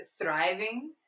thriving